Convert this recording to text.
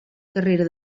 carrera